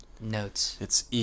notes